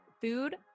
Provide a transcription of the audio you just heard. food